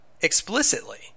explicitly